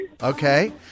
Okay